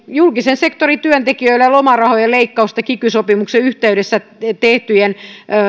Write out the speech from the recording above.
julkisen sektorin työntekijöille lomarahojen leikkausta kiky sopimuksen yhteydessä tehtyjen